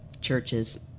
churches